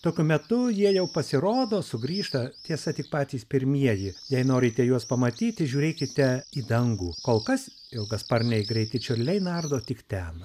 tokiu metu jie jau pasirodo sugrįžta tiesa tik patys pirmieji jei norite juos pamatyti žiūrėkite į dangų kol kas ilgasparniai greiti čiurliai nardo tik ten